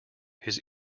his